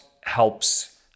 helps